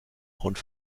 und